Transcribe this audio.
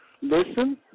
listen